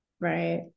Right